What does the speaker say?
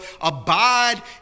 abide